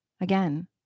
Again